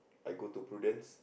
I go to Prudence